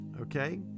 okay